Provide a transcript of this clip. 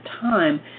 time